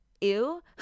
Ew